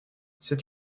c’est